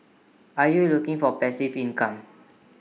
are you looking for passive income